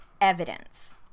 evidence